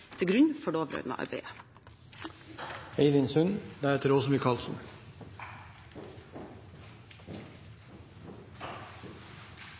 til grunn for